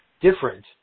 different